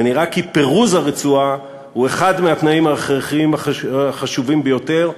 ונראה כי פירוז הרצועה הוא אחד מהתנאים ההכרחיים החשובים ביותר,